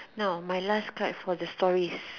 now my last card for the stories